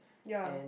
ya